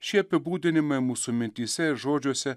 šie apibūdinimai mūsų mintyse ir žodžiuose